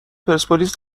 پرسپولیس